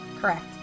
Correct